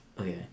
Okay